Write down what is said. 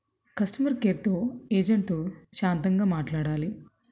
customer కేర్తో ఏజెంట్తో శాంతంగా మాట్లాడాలి